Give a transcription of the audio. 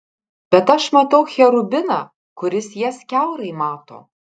bet aš matau cherubiną kuris jas kiaurai mato